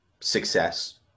success